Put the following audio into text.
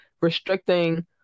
restricting